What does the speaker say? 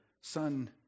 Son